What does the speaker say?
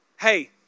hey